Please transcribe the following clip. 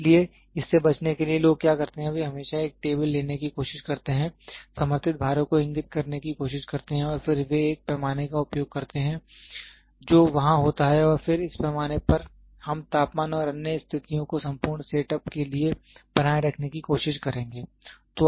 इसलिए इससे बचने के लिए लोग क्या करते हैं वे हमेशा एक टेबल लेने की कोशिश करते हैं समर्थित भारों को इंगित करने की कोशिश करते हैं और फिर वे एक पैमाने का उपयोग करते हैं जो वहां होता है और फिर इस पैमाने पर हम तापमान और अन्य स्थितियों को संपूर्ण सेट अप के लिए बनाए रखने की कोशिश करेंगे